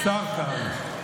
השר קרעי.